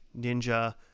ninja